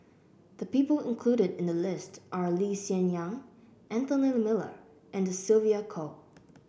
the people included in the list are Lee Hsien Yang Anthony Miller and Sylvia Kho